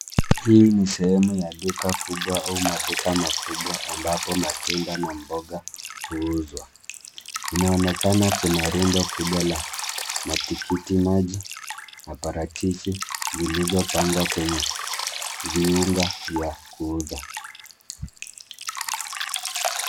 Hii ni sehemu ya duka kubwa au maduka makubwa ambapo matunda na mboga huuzwa. Inaonekana kuna rundo kubwa ya matikiti maji na parachichi zilizopangwa kwenye viunga vya kuuza.